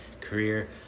career